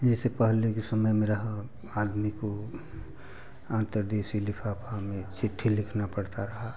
जैसे पहले के समय में रहा आदमी को अंतरदेशीय लिफाफा में चिट्ठी लिखना पड़ता रहा